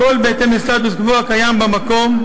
הכול בהתאם לסטטוס-קוו הקיים במקום,